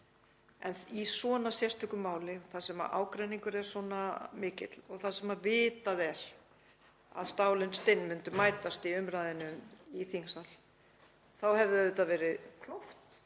en í svona sérstöku máli þar sem ágreiningur er svona mikill og þar sem vitað er að stálin stinn myndu mætast í umræðunni í þingsal þá hefði auðvitað verið klókt